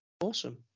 awesome